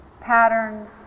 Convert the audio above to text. patterns